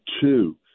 two